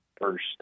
first